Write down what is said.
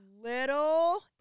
little